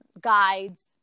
guides